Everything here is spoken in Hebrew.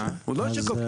הוא לא שקוף,